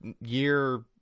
year